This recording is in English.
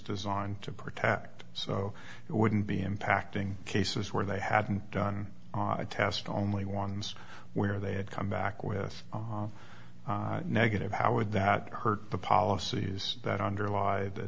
designed to protect so it wouldn't be impacting cases where they hadn't done a test only ones where they had come back with a negative how would that hurt the policies that underlie